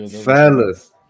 fellas